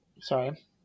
Sorry